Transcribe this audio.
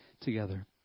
together